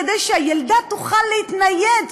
כדי שהילדה תוכל להתנייד,